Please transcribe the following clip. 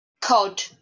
COD